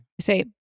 say